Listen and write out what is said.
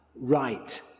right